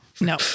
No